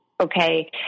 okay